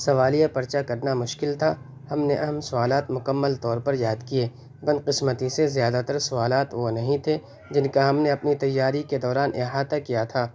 سوالیہ پرچہ کرنا مشکل تھا ہم نے اہم سوالات مکمل طور پر یاد کیے بد قسمتی سے زیادہ تر سوالات وہ نہیں تھے جن کا ہم نے اپنی تیاری کے دوران احاطہ کیا تھا